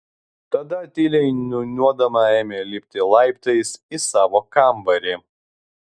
tada tyliai niūniuodama ėmė lipti laiptais į savo kambarį